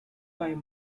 five